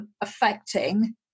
affecting